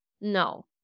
No